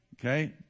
Okay